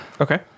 Okay